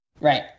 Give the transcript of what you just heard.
Right